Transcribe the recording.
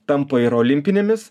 tampa ir olimpinėmis